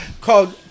called